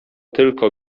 tylko